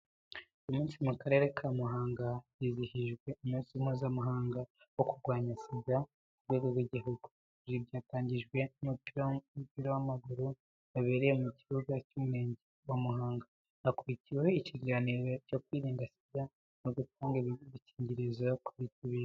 Uyu munsi, mu Karere ka Muhanga, hizihijwe umunsi mpuzamahanga wo kurwanya SIDA ku rwego rw’igihugu. Ibirori byatangijwe n’umukino w’umupira w’amaguru wabereye ku kibuga cy’Umurenge wa Muhanga, hakurikiraho ikiganiro ku kwirinda SIDA no gutanga udukingirizo ku bitabiriye.